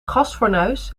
gasfornuis